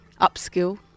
upskill